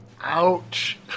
Ouch